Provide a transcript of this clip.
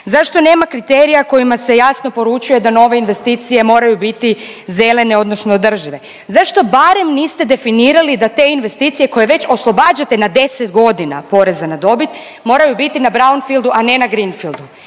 Zašto nema kriterija kojima se jasno poručuje da nove investicije moraju biti zelene, odnosno održive? Zašto barem niste definirali da te investicije koje već oslobađate na 10 godina poreza na dobit, moraju biti na brown fieldu, a ne na green fieldu.